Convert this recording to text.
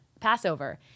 Passover